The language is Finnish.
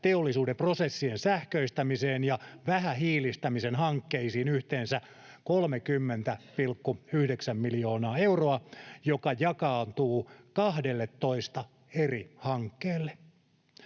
teollisuuden prosessien sähköistämisen ja vähähiilistämisen hankkeisiin yhteensä 30,9 miljoonaa euroa, joka jakaantuu 12 eri hankkeelle.